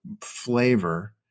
flavor